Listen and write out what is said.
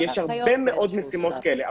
יש הרבה מאוד משימות שכאלה.